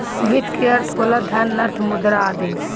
वित्त के अर्थ होला धन, अर्थ, मुद्रा आदि